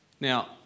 Now